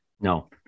No